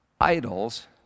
idols